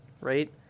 Right